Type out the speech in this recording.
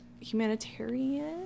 humanitarian